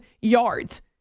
yards